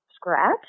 scratch